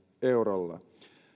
eurolla